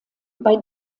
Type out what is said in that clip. bei